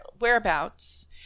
whereabouts